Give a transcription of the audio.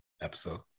episode